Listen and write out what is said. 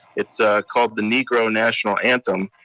it's called, the negro national anthem,